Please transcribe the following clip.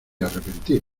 arrepentir